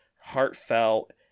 heartfelt